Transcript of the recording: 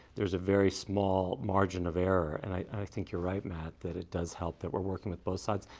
there is a very small margin of error, and i think you're right, matt, that it does help that we're working with both sides.